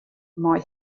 mei